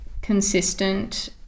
consistent